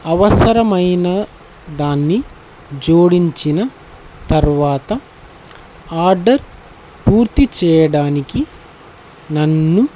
అవసరమైన దాన్ని జోడించిన తర్వాత ఆర్డర్ పూర్తి చేయడానికి నన్ను